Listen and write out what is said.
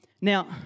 Now